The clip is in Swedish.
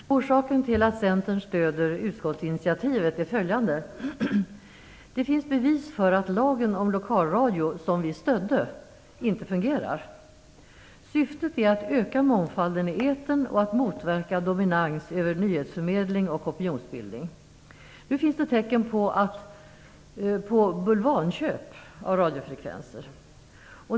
Fru talman! Orsaken till att Centern stöder utskottsinitiativet är följande. Det finns bevis för att lagen om lokalradio, som Centern stödde, inte fungerar. Syftet var att öka mångfalden i etern och motverka dominans i nyhetsförmedling och opinionsbildning. Nu finns det tecken på bulvanköp av radiofrekvenser.